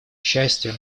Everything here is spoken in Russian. счастью